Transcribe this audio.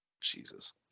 jesus